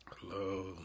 Hello